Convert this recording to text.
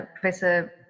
Professor